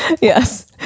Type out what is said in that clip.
Yes